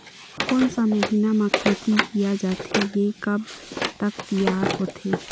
कोन सा महीना मा खेती किया जाथे ये कब तक तियार होथे?